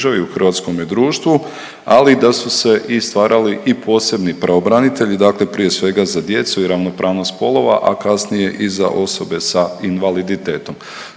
u hrvatskome društvu, ali da su se i stvarali i posebni pravobranitelji, dakle prije svega za djecu i ravnopravnost spolova, a kasnije i za osobe sa invaliditetom.